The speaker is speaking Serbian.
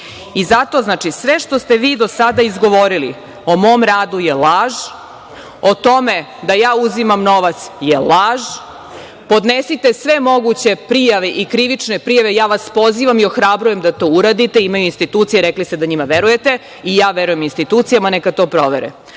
mesto. Sve što ste vi do sada izgovorili o mom radu je laž. O tome da ja uzimam novac je laž. Podnesite sve moguće prijave i krivične prijave, ja vas pozivam i ohrabrujem da to uradite. Imamo institucije, rekli ste da njima verujete. I ja verujem institucijama, neka to provere. Ali,